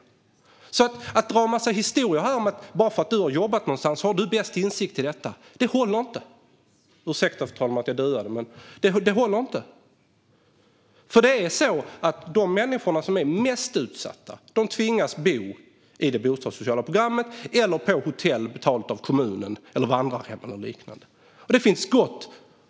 Att som Momodou Malcolm Jallow dra en massa historier och påstå att han, bara för att han har jobbat någonstans, har bäst insikt i detta håller inte. De människor som är mest utsatta tvingas nämligen bo i det bostadssociala programmet eller på hotell, vandrarhem eller liknande som betalas av kommunen. Det finns